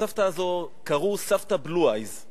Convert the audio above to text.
ולסבתא הזאת קראו סבתא blue eyes.